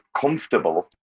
comfortable